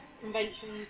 conventions